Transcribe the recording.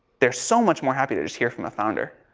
they're so much more happy to just hear from a founder.